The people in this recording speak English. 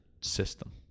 system